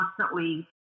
constantly